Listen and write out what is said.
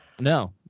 No